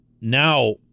now